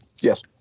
Yes